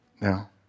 Now